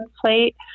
plate